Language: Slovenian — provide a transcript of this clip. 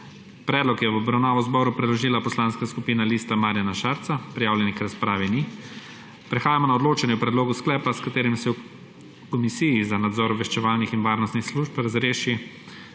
Predlog je v obravnavo zboru predložila Poslanska skupina Lista Marjana Šarca. Prijavljenih k razpravi ni. Prehajamo na odločanje o predlogu sklepa, s katerim se v Komisiji za nadzor obveščevalnih in varnostnih služb razreši